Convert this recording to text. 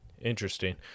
Interesting